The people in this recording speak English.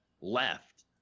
left